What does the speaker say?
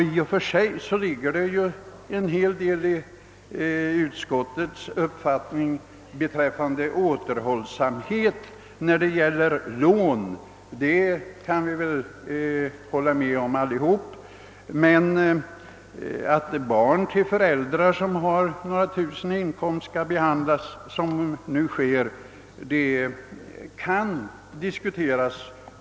I och för sig ligger det en hel del i utskottets uppfattning beträffande återhållsamhet med lån; det kan vi väl alla hålla med om, men att barn till föräldrar som har några tusen kronor i inkomst om året skall behandlas på det sätt som nu sker kan diskuteras.